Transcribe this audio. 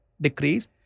decrease